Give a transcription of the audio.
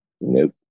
Nope